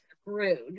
screwed